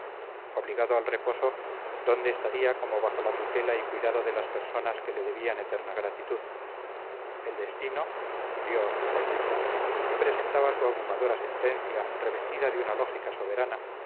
obligado al reposo dónde estaría como bajo la tutela y cuidado de las personas que le debían eterna gratitud el destino dios mejor dicho le presentaba su abrumadora sentencia revestida de una lógica soberana